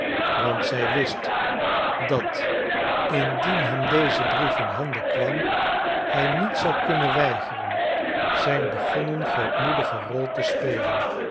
want zij wist dat indien hem deze brief in handen kwam hij niet zou kunnen weigeren zijn begonnen grootmoedige rol te spelen